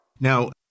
Now